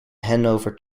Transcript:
hanover